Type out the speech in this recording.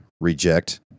reject